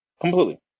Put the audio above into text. completely